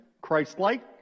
Christ-like